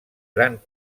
gran